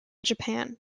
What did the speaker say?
japan